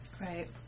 Right